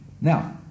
Now